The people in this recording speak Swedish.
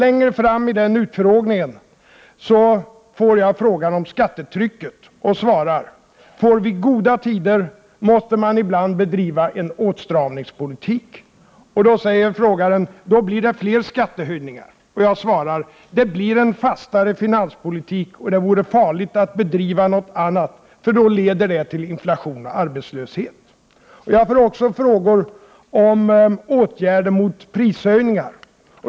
Längre fram i denna utfrågning fick jag nämligen en fråga om skattetrycket och svarade: Om tiderna blir goda måste man ibland bedriva en åtstramningspolitik. Då säger frågeställaren: Då blir det fler skattehöjningar. Jag svarar: Det blir en fastare finanspolitik, och det vore farligt att företa något annat, för det leder till inflation och arbetslöshet. Jag får också frågor om åtgärder mot prishöjningar.